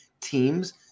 teams